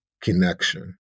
connection